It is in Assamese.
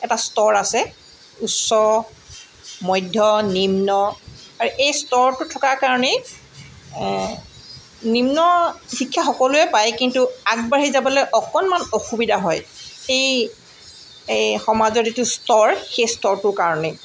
এটা স্তৰ আছে উচ্চ মধ্য নিম্ন আৰু এই স্তৰটো থকাৰ কাৰণেই নিম্ন শিক্ষা সকলোৱে পায় কিন্তু আগবাঢ়ি যাবলৈ অকণমান অসুবিধা হয় এই এই সমাজৰ যিটো স্তৰ সেই স্তৰটোৰ কাৰণেই